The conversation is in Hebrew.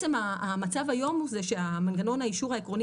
המצב היום זה שמנגנון האישור העקרוני